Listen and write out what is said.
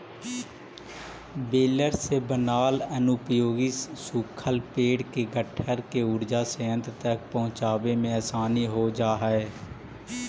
baler से बनाल अनुपयोगी सूखल पेड़ के गट्ठर के ऊर्जा संयन्त्र तक पहुँचावे में आसानी हो जा हई